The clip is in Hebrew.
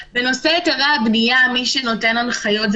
בנושא היתרי הבנייה מי שנותן הנחיות הוא